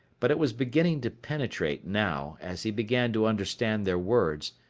but it was beginning to penetrate, now, as he began to understand their words,